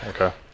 okay